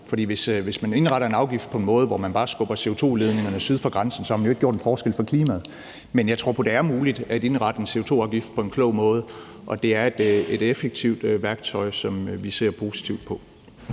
hvis man indretter en afgift på en måde, så man bare skubber CO2-udledningerne syd for grænsen, har man jo ikke gjort en forskel for klimaet. Men jeg tror på, det er muligt at indrette en CO2-afgift på en klog måde, og det er et effektivt værktøj, som vi ser positivt på.